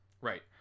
Right